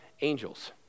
angels